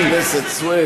חברת הכנסת רויטל סויד,